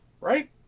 right